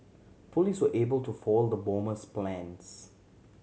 police were able to foil the bomber's plans